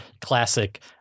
classic